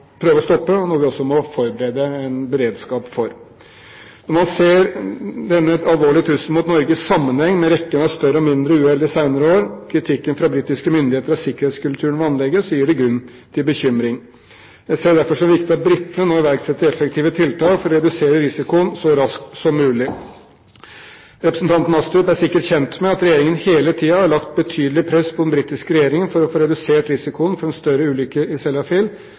prøve å stoppe og noe vi også må forberede en beredskap for. Når man ser denne alvorlige trusselen mot Norge i sammenheng med rekken av større og mindre uhell de senere år, og kritikken fra britiske myndigheter av sikkerhetskulturen ved anlegget, gir det grunn til bekymring. Jeg ser det derfor som viktig at britene nå iverksetter effektive tiltak for å redusere risikoen så raskt som mulig Representanten Astrup er sikkert kjent med at Regjeringen hele tiden har lagt betydelig press på den britiske regjeringen for å få redusert risikoen for en større ulykke i